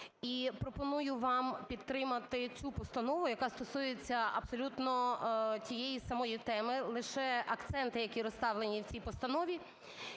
пропоную вам підтримати цю постанову, яка стосується абсолютно тієї самої теми, лише акценти, які розставлені в цій постанові,